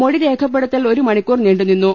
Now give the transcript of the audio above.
മൊഴി രേഖപ്പെടുത്തൽ ഒരു മണിക്കൂർ നീണ്ടുനിന്നു